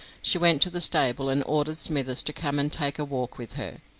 she went to the stable and ordered smithers to come and take a walk with her,